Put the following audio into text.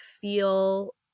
feel